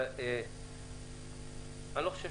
חושב